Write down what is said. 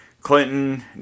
Clinton